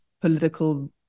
political